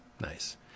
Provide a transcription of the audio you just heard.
nice